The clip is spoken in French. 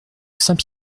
saint